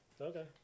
Okay